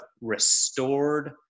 restored